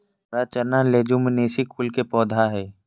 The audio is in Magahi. हरा चना लेज्युमिनेसी कुल के पौधा हई